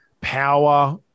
power